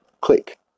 click